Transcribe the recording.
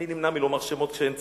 אני נמנע מלומר שמות כשאין צורך,